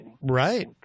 Right